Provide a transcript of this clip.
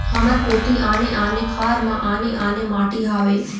हमर कोती आने आने खार म आने आने माटी हावे?